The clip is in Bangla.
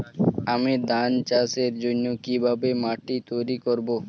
আমি ধান চাষের জন্য কি ভাবে মাটি তৈরী করব?